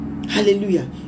Hallelujah